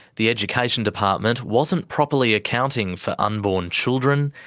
the education department wasn't properly accounting for unborn children,